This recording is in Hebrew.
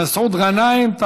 מסעוד גנאים.